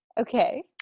Okay